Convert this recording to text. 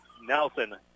Nelson